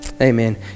amen